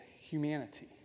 humanity